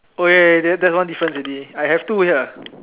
oh ya ya ya that one different already I have two here